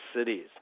Cities